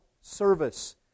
service